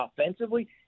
offensively